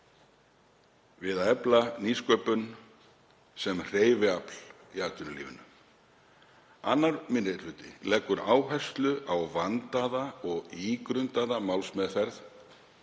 við að efla nýsköpun sem hreyfiafl í atvinnulífinu. Leggur 2. minni hluti áherslu á vandaða og ígrundaða málsmeðferð